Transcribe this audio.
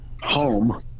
home